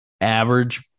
average